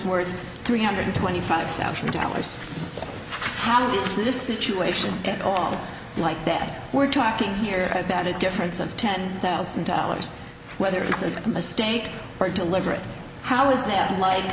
worth three hundred twenty five thousand dollars how does this situation at all like that we're talking here about a difference of ten thousand dollars whether it's a mistake or deliberate how is that like